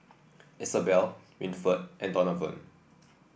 Isabel Winford and Donavon